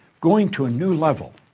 going to a new level.